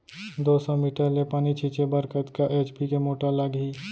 दो सौ मीटर ले पानी छिंचे बर कतका एच.पी के मोटर लागही?